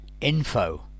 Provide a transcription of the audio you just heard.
info